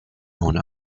own